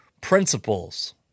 principles